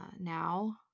now